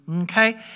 okay